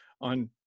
on